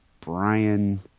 Brian